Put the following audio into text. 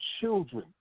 children